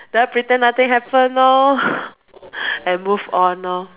then I pretend nothing happen lor and move on lor